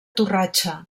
torratxa